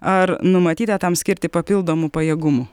ar numatyta tam skirti papildomų pajėgumų